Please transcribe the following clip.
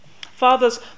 Fathers